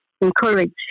encourage